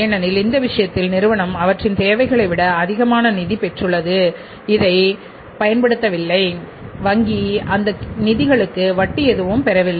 ஏனெனில் அந்த விஷயத்தில் நிறுவனம் அவற்றின் தேவைகளை விட அதிகமான நிதி பெற்றுள்ளது இன்று அதைப் பயன்படுத்தவில்லை வங்கி அந்த நிதிகளுக்கு வட்டி எதுவும் பெறவில்லை